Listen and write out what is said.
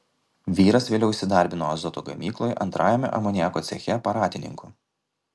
vyras vėliau įsidarbino azoto gamykloje antrajame amoniako ceche aparatininku